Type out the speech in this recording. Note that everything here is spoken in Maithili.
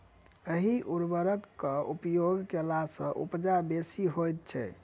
एहि उर्वरकक उपयोग कयला सॅ उपजा बेसी होइत छै